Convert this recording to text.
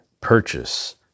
purchase